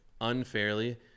unfairly